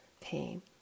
pain